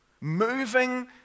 moving